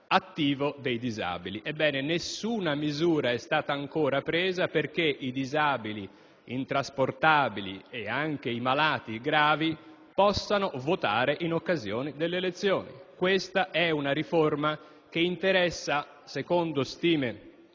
dei disabili. Ebbene, nessuna misura è stata ancora presa perché i disabili intrasportabili ed i malati gravi possano votare in occasione delle elezioni. Si tratta di una riforma che, secondo stime